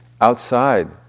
outside